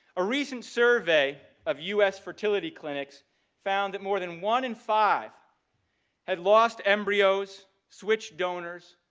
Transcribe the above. a recent survey of u s. fertility clinics found that more than one in five had lost embryos, switched donors,